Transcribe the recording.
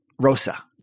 Rosa